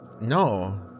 no